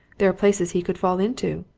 there are places he could fall into.